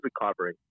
recovery